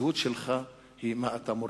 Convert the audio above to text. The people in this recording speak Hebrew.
הזהות שלך היא מה שאתה מוריש.